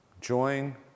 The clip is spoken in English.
join